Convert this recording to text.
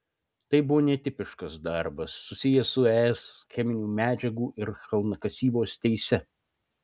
tai buvo netipiškas darbas susijęs su es cheminių medžiagų ir kalnakasybos teise